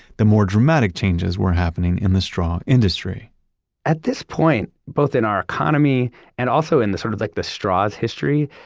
the more dramatic changes were happening in the straw industry at this point, both in our economy and also in the sort of, like, the straws history,